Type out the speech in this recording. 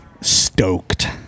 stoked